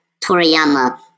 Toriyama